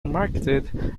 marketed